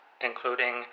including